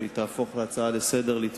שהיא תהפוך להצעה לסדר-היום,